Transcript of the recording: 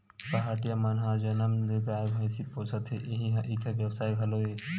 पहाटिया मन ह जनम ले गाय, भइसी पोसत हे इही ह इंखर बेवसाय घलो हे